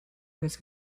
this